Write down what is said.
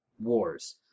wars